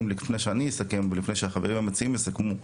לפני שאני אסכם ולפני שהחברים המציעים יסכמו.